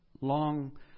long